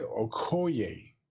Okoye